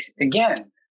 Again